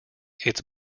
its